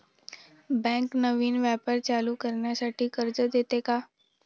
Bank नवीन व्यापार चालू करण्यासाठी कर्ज देते का?